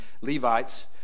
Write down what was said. Levites